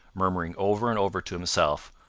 murmuring over and over to himself,